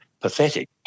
pathetic